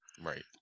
right